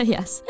Yes